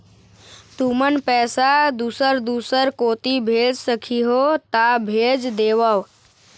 तुमन पैसा दूसर दूसर कोती भेज सखीहो ता भेज देवव?